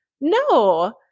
No